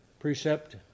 Precept